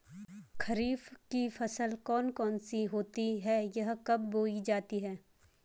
खरीफ की फसल कौन कौन सी होती हैं यह कब बोई जाती हैं?